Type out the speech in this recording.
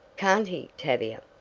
can't he, tavia?